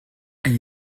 elle